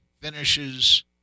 finishes